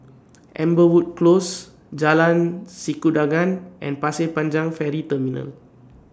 Amberwood Close Jalan Sikudangan and Pasir Panjang Ferry Terminal